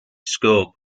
scope